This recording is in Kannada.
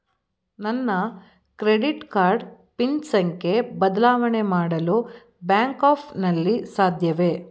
ನನ್ನ ಕ್ರೆಡಿಟ್ ಕಾರ್ಡ್ ಪಿನ್ ಸಂಖ್ಯೆ ಬದಲಾವಣೆ ಮಾಡಲು ಬ್ಯಾಂಕ್ ಆ್ಯಪ್ ನಲ್ಲಿ ಸಾಧ್ಯವೇ?